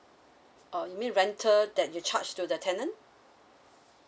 uh you meant rental that you charge to the tenant